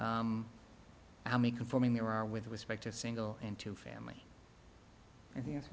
how many conforming there are with respect to single into family and